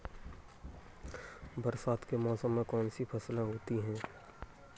बरसात के मौसम में कौन कौन सी फसलें होती हैं?